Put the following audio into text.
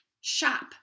shop